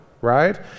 right